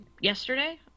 Yesterday